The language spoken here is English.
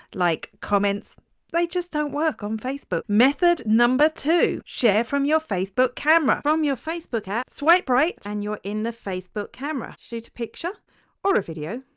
like comments they just don't work on facebook. method number two, share from your facebook camera from your facebook app. swipe right and you're in the facebook camera, shoot a picture or a video.